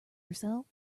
herself